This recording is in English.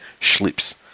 Schlips